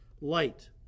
light